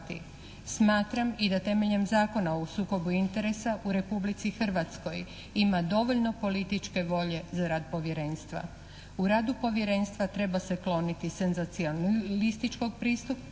Smatram i da temeljem Zakona o sukobu interesa u Republici Hrvatskoj ima dovoljno političke volje za rad Povjerenstva. U radu Povjerenstva treba se kloniti senzacionalističkog pristupa,